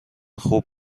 خوب